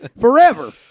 forever